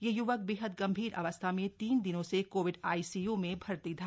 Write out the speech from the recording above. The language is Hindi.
यह युवक बेहद गंभीर अवस्था में तीन दिनों से कोविड आईसीयू में भर्ती था